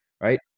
right